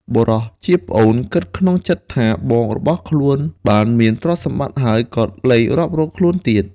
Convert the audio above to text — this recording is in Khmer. បុរសជាប្អូនគិតក្នុងចិត្តថាបងរបស់ខ្លួនបានមានទ្រព្យសម្បត្តិហើយក៏លែងរាប់រកខ្លួនទៀត។